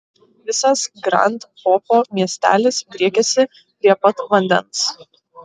visas grand popo miestelis driekiasi prie pat vandens